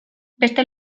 beste